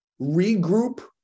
regroup